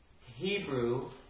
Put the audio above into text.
Hebrew